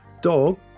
dog